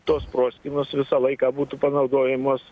tos proskynos visą laiką būtų panaudojamos